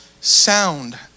sound